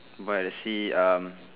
by the sea um